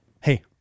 hey